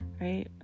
Right